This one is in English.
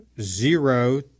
zero